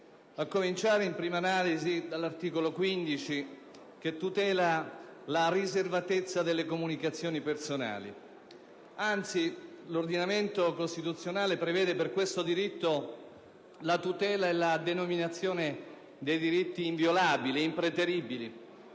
a cominciare in prima analisi dall'articolo 15, il quale tutela la riservatezza delle comunicazioni personali. Anzi, l'ordinamento costituzionale prevede per questo diritto la tutela e la denominazione di diritti inviolabili ed impreteribili.